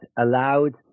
allowed